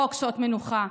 חוק שעות מנוחה,